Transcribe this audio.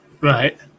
Right